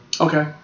Okay